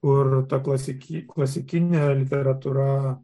kur ta klasiki klasikinė literatūra